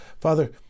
Father